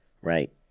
right